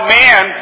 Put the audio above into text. man